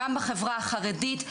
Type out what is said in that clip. גם בחברה החרדית,